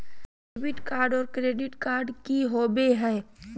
Debit card और credit card की होवे हय?